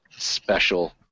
special